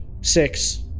six